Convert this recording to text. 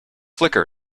flickr